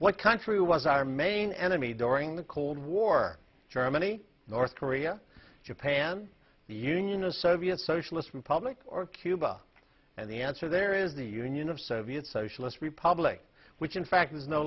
what country was our main enemy during the cold war germany north korea japan the union a soviet socialist republic or cuba and the answer there is the union of soviet socialist republics which in fact is no